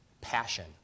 passion